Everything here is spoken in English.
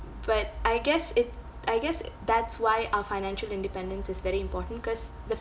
but I guess it I guess that's why our financial independence is very important cause the